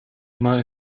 immer